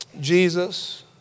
Jesus